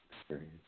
experience